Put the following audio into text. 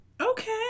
Okay